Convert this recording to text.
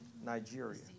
Nigeria